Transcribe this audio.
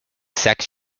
sects